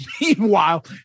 Meanwhile